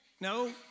No